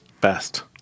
best